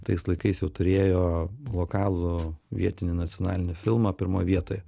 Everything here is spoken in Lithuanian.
tais laikais jau turėjo lokalų vietinį nacionalinį filmą pirmoj vietoje